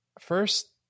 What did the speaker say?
first